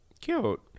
Cute